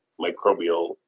microbial